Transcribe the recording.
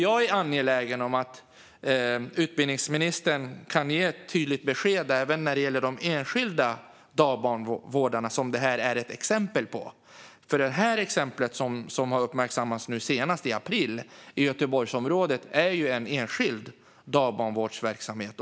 Jag är angelägen om att utbildningsministern ger ett tydligt besked även när det gäller de enskilda dagbarnvårdarna, som det här senaste är ett exempel på. Det exempel som uppmärksammades i Göteborgsområdet i april handlar ju om en enskild dagbarnvårdsverksamhet.